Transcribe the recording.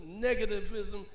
negativism